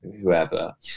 whoever